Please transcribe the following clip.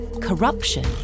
corruption